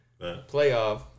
playoff